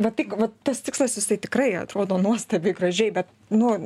vat tai vat tas tikslas jisai tikrai atrodo nuostabiai gražiai bet nu